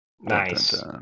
Nice